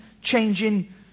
changing